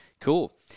Cool